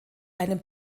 einem